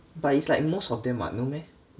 but it's like most of them [what] no meh